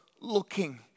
looking